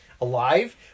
Alive